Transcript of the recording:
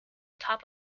top